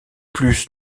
plus